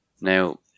Now